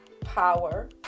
power